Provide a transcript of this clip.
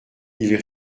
ils